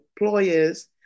employers